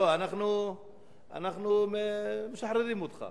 לא, אנחנו משחררים אותך.